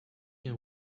can